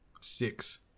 Six